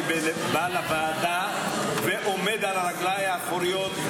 הייתי בא לוועדה ועומד על רגליי האחוריות.